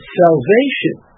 salvation